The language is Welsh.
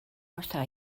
wrtha